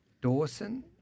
Dawson